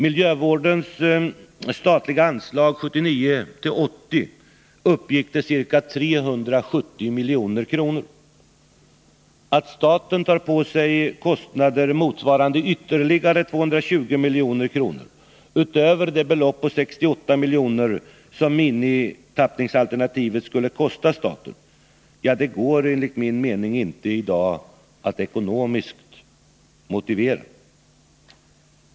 Miljövårdens statliga anslag 1979/80 uppgick till ca 370 milj.kr. Att staten tar på sig kostnader motsvarande ytterligare 220 milj.kr. utöver det belopp på 68 milj.kr. som minimitappningsalternativet skulle kosta staten går enligt min mening inte i dag att ekonomiskt motivera.